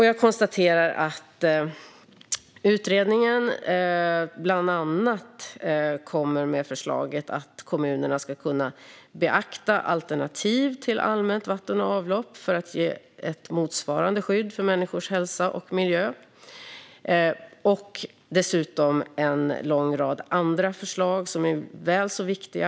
Jag konstaterar att utredningen bland annat kommer med förslaget att kommunerna ska kunna beakta alternativ till allmänt vatten och avlopp för att ge ett motsvarande skydd för människors hälsa och miljö. Det finns dessutom en lång rad andra förslag som är väl så viktiga.